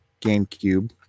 GameCube